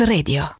Radio